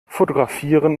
fotografieren